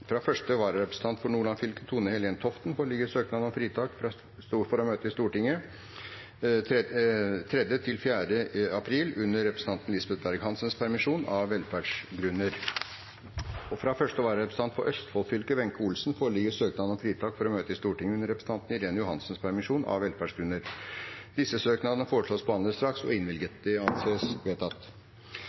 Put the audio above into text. Fra første vararepresentant for Nordland fylke, Tone-Helen Toften , foreligger søknad om fritak for å møte i Stortinget i dagene 3. og 4. april under representanten Lisbeth Berg-Hansens permisjon, av velferdsgrunner. Fra første vararepresentant for Østfold fylke, Wenche Olsen , foreligger søknad om fritak for å møte i Stortinget under representanten Irene Johansens permisjon, av velferdsgrunner. Disse søknader foreslås behandlet straks og innvilget. – Det anses vedtatt.